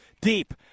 deep